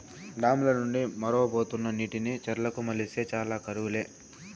dam ల నుండి మొరవబోతున్న నీటిని చెర్లకు మల్లిస్తే చాలు కరువు లే